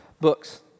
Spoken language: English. books